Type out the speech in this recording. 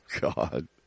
God